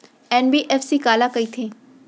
NBFC काला कहिथे?